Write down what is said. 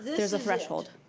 there's a threshold.